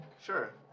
Sure